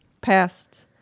Past